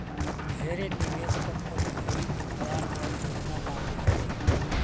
ढेरे निवेश कंपनी हइ जे नया नया योजना लावऽ हइ